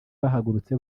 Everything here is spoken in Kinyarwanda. bahagurutse